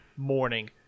morning